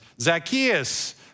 Zacchaeus